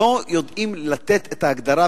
שלא יודעים לתת את ההגדרה.